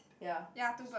ya two bird